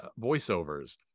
voiceovers